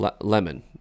lemon